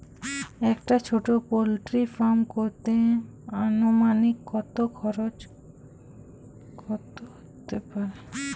একটা ছোটো poultry farm করতে আনুমানিক কত খরচ কত হতে পারে?